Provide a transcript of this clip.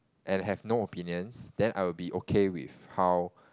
and have no opinions then I will be okay with how